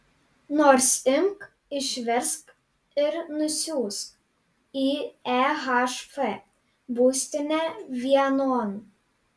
nors imk išversk ir nusiųsk į ehf būstinę vienon